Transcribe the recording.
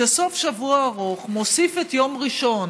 סוף שבוע ארוך מוסיף את יום ראשון